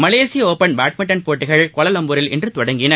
மலேஷிய Open badminton போட்டிகள் கோலாலம்பூரில் இன்று தொடங்கின